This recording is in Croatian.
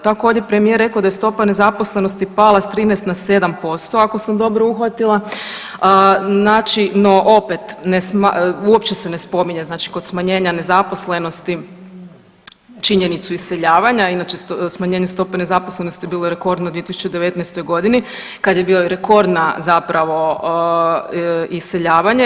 Tako je ovdje premijer rekao da je stopa nezaposlenosti pala s 13 na 7% ako sam dobro uhvatila, no opet uopće se ne spominje kod smanjenja nezaposlenosti činjenicu iseljavanja, inače smanjenje stope nezaposlenosti bilo je rekordno u 2019.g. kada je bio i rekordno zapravo iseljavanje.